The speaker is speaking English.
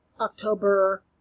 October